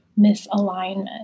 misalignment